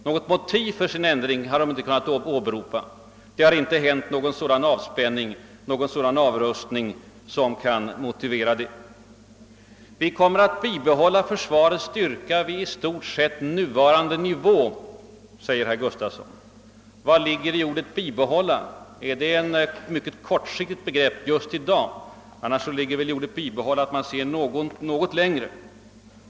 Något motiv för sin ändring har de inte kunnat åberopa. Det har inte varit någon sådan avspänning ser någon avrustning i omvärlden som kunnat motivera ett sådant ändrat ståndpunktstagande. Vi kommer att »bibehålla försvarets styrka vid i stort sett nuvarande nivå», säger herr Gustafsson. Vad ligger i ordet »bibehålla»? Är det ett mycket kortsiktigt begrepp? Annars ligger väl i ordet »bibehålla» att man under längre tid behåller något som man haft förut. Då stämmer inte uttalandet.